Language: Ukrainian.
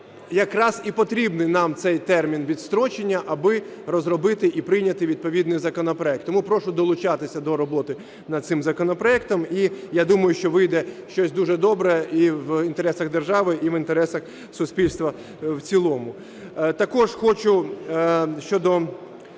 якраз і потрібний нам цей термін відстрочення, аби розробити і прийняти відповідний законопроект. Тому прошу долучатися до роботи над цим законопроектом, і я думаю, що вийде щось дуже добре і в інтересах держави, і в інтересах суспільства в цілому. Також хочу щодо